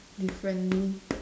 differently